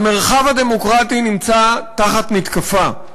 המרחב הדמוקרטי נמצא תחת מתקפה,